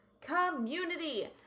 Community